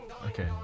Okay